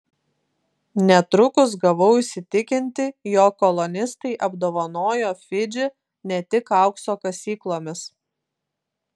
netrukus gavau įsitikinti jog kolonistai apdovanojo fidžį ne tik aukso kasyklomis